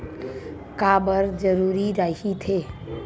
का बार जरूरी रहि थे?